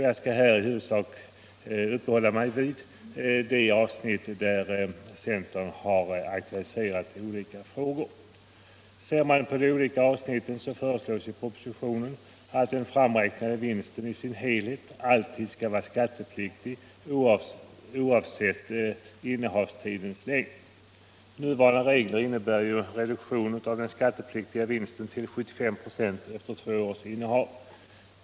Jag skall här i huvudsak uppehålla mig vid de avsnitt där centern har aktualiserat olika frågor. I propositionen föreslås att den framräknade vinsten i sin helhet alltid skall vara skattepliktig oavsett innehavstidens längd. Nuvarande regler innebär en reduktion av den skattepliktiga vinsten till 75 96 efter två års innehav.